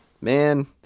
Man